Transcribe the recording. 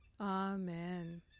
Amen